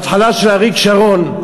בהתחלה של אריק שרון,